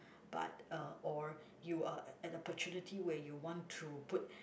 but uh or you are had opportunity where you want to put